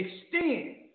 extend